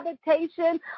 habitation